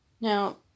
now